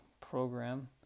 program